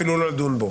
אפילו לא לדון בו.